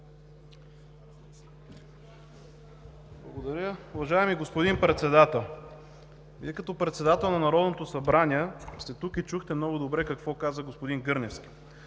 Благодаря. Уважаеми господин Председател, Вие като председател на Народното събрание сте тук и чухте много добре какво каза господин Гърневски.